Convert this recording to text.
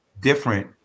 different